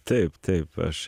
taip taip aš